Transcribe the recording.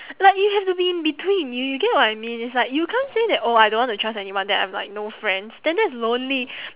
like you have to be in between you you get what I mean it's like you can't say that oh I don't want to trust anyone then I've like no friends then that's lonely